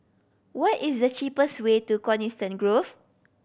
what is the cheapest way to Coniston Grove